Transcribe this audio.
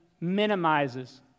minimizes